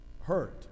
hurt